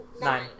nine